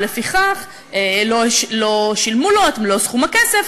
ולפיכך לא שילמו לו את מלוא סכום הכסף,